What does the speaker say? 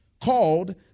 called